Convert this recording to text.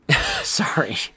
Sorry